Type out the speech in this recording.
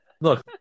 Look